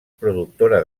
productora